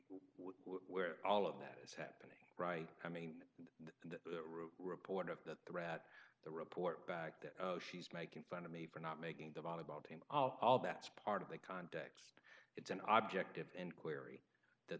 where all of that is happening right i mean reporter that the rat the report back that she's making fun of me for not making the volleyball team all that's part of the context it's an object of inquiry that